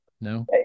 No